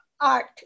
art